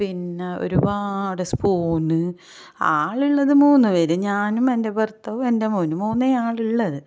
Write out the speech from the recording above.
പിന്നെ ഒരുപാട് സ്പൂൺ ആളുള്ളത് മൂന്ന് പേര് ഞാനും എൻ്റെ ഭർത്താവും എൻ്റെ മോനും മൂന്ന് ആളുള്ളത്